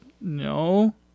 No